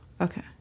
Okay